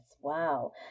Wow